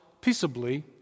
peaceably